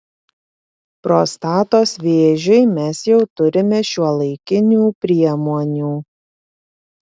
prostatos vėžiui mes jau turime šiuolaikinių priemonių